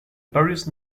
various